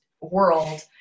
world